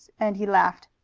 and he laughed.